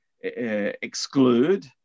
exclude